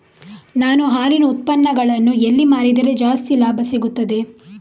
ನಾನು ಹಾಲಿನ ಉತ್ಪನ್ನಗಳನ್ನು ಎಲ್ಲಿ ಮಾರಿದರೆ ಜಾಸ್ತಿ ಲಾಭ ಸಿಗುತ್ತದೆ?